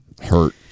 hurt